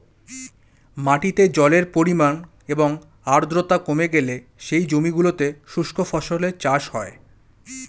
মাটিতে জলের পরিমাণ এবং আর্দ্রতা কমে গেলে সেই জমিগুলোতে শুষ্ক ফসলের চাষ হয়